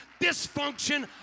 dysfunction